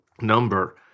number